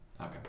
Okay